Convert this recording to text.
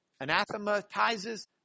Anathematizes